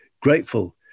grateful